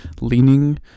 leaning